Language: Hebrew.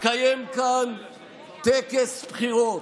מתקיים כאן טקס בחירות,